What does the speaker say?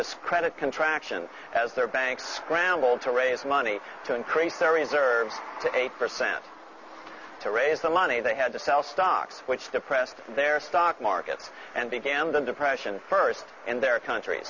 this credit contraction as their banks scramble to raise money to increase their reserves to eight percent to raise the money they had to sell stocks which depressed their stock markets and began the depression first in their countr